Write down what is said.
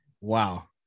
Wow